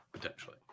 potentially